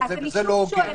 וזה לא הוגן.